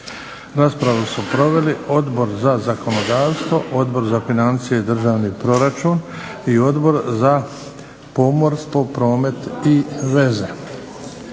Raspravu su proveli Odbor za zakonodavstvo, Odbor za financije i državni proračun i Odbor za pomorstvo, promet i veze.